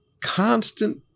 constant